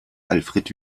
alfred